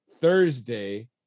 Thursday